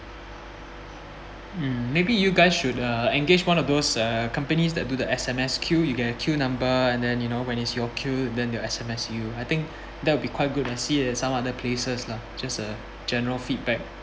mm maybe you guys should uh engage one of those uh companies that do the S_M_S queue you get a queue number and then you know when it's your queue then they will S_M_S you I think that would be quite good ah I see it from some other places lah just a general feedback